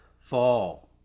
fall